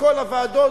מכל הוועדות,